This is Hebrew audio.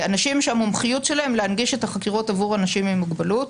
אנשים שהמומחיות שלהם היא להנגיש את החקירות בעבור אנשים עם מוגבלות.